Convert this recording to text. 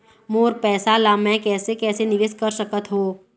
मोर पैसा ला मैं कैसे कैसे निवेश कर सकत हो?